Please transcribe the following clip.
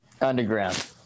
Underground